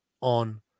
on